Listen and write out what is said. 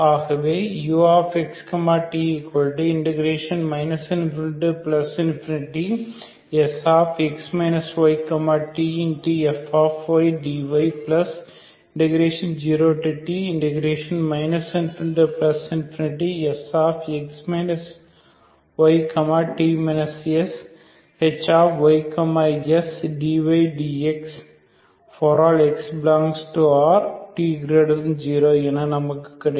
ஆகவே ux t ∞Sx y tfdy0t ∞Sx y t shy sdyds ∀x∈R t0 என நமக்கு கிடைக்கும்